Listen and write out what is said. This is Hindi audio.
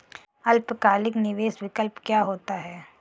अल्पकालिक निवेश विकल्प क्या होता है?